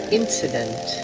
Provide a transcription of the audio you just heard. incident